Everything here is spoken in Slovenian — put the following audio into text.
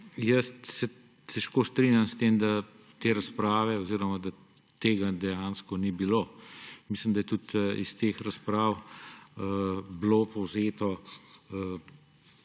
Jaz se težko strinjam s tem, da te razprave oziroma tega dejansko ni bilo. Mislim, da je bilo tudi iz teh razprav povzeto